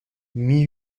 mille